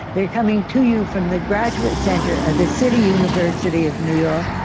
they're coming to you from the graduate center of the city university of new york,